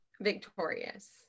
victorious